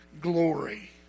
glory